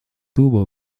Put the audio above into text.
tuvo